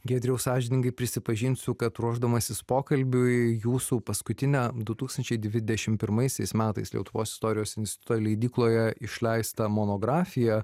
giedriau sąžiningai prisipažinsiu kad ruošdamasis pokalbiui jūsų paskutinę du tūkstančiai dvidešim pirmaisiais metais lietuvos istorijos instituto leidykloje išleistą monografiją